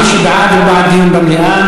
מי שבעד הוא בעד דיון במליאה,